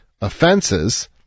offenses